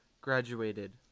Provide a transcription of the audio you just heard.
graduated